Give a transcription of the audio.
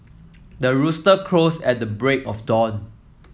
the rooster crows at the break of dawn